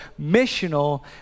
missional